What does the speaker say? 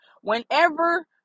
Whenever